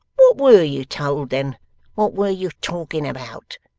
what were you told then what were you talking about